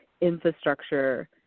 infrastructure